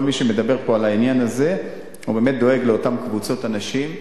כל מי שמדבר פה על העניין הזה הוא באמת דואג לאותן קבוצות אנשים,